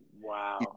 Wow